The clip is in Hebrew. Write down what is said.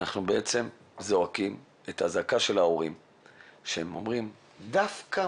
אנחנו זועקים את זעקת ההורים שאומרים: דווקא